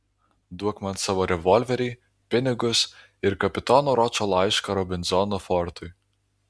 duok man savo revolverį pinigus ir kapitono ročo laišką robinzono fortui